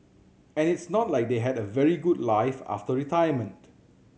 and it's not like they had a very good life after retirement